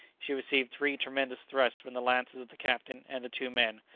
she received three tremendous thrusts from the lances of the captain and the two men,